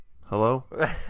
Hello